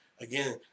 again